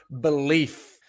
belief